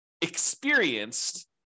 experienced